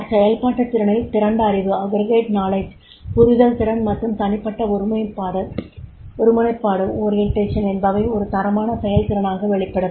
அச்செயல்பாட்டுத் திறனில் திரண்ட அறிவு புரிதல் திறன் மற்றும் தனிப்பட்ட ஒருமுனைப்பாடு என்பவை ஒரு தரமான செயல்திறனாக வெளிப்படும்